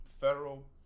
federal